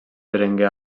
berenguer